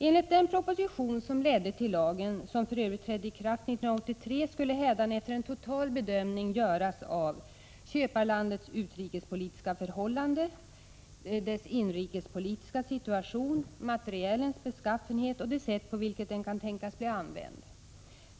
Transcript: Enligt den proposition som föregick lagen, vilken för övrigt trädde i kraft 1983, skulle hädanefter en total bedömning göras av köparlandets utrikespolitiska förhållanden, dess inrikespolitiska situation samt materielens beskaffenhet och det sätt på vilket den kan tänkas bli använd.